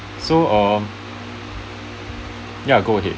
so err ya go ahead